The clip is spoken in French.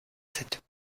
cette